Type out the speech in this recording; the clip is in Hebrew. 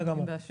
בסדר.